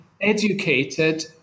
educated